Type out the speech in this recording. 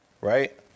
Right